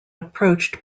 approached